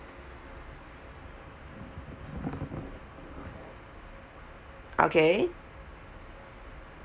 okay